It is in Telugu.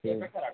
ఎక్కడ సర్ అడ్రస్